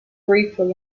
briefly